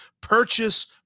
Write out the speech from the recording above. purchase